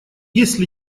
если